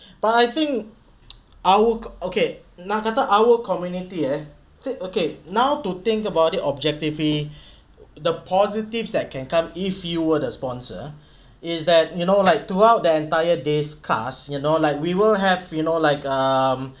but I think I would okay nak kata our community eh okay now to think about it objectively the positives that can come if you were the sponsor is that you know like throughout the entire days cast you know like we will have you know like um